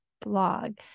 blog